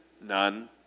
None